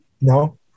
no